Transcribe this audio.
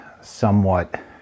somewhat